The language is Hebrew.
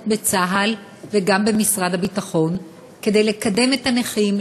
בצה"ל וגם במשרד הביטחון כדי לקדם את הנכים,